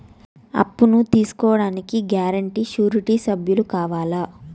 అప్పును తీసుకోడానికి guarantee, surety సభ్యులు కావాలా?